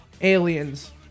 aliens